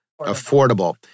affordable